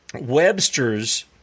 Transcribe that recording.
Webster's